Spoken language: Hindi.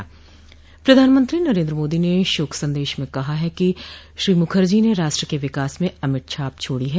प्रधानमंत्री नरेंद्र मोदी ने शोक संदेश में कहा कि श्री मुखर्जी ने राष्ट्र के विकास में अमिट छाप छोडी है